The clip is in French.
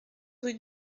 rue